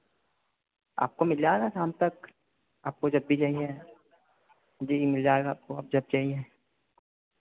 आपको मिल जाएगा शाम तक आपको जब भी चाहिए जी मिल जाएगा आपको आप जब चाहिए